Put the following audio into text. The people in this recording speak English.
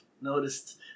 noticed